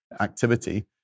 activity